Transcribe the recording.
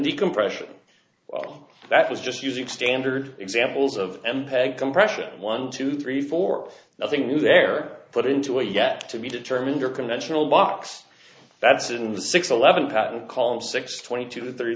decompression well that was just using standard examples of mpeg compression one two three four nothing new they're put into a yet to be determined or conventional box that's in the six eleven patent column six twenty two th